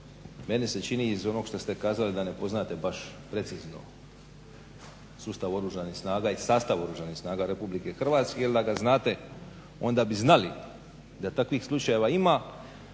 meni se čini iz onog što ste kazali da ne poznate baš precizno sustav oružanih snaga i sastav Oružanih snaga RH jel da ga znate onda bi znali da takvih slučajeva ima.